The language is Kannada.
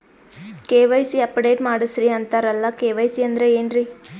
ಕೆ.ವೈ.ಸಿ ಅಪಡೇಟ ಮಾಡಸ್ರೀ ಅಂತರಲ್ಲ ಕೆ.ವೈ.ಸಿ ಅಂದ್ರ ಏನ್ರೀ?